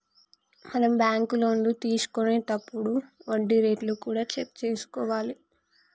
మనం బ్యాంకు లోన్లు తీసుకొనేతప్పుడు వడ్డీ రేట్లు కూడా చెక్ చేసుకోవాలి